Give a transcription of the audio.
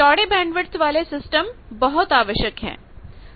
चौढ़े bandwidth वाले system बहुत आवश्यक है